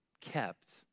kept